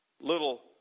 little